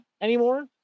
anymore